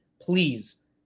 Please